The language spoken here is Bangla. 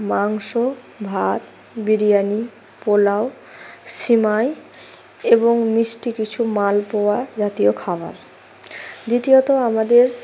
মাংস ভাত বিরিয়ানি পোলাও সিমাই এবং মিষ্টি কিছু মালপোয়া জাতীয় খাবার দ্বিতীয়ত আমাদের